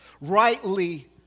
rightly